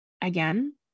Again